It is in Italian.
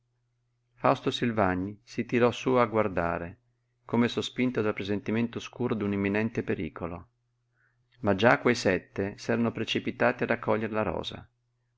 fausto silvagni si tirò sú a guardare come sospinto dal presentimento oscuro d'un imminente pericolo ma già quei sette s'eran precipitati a raccogliere la rosa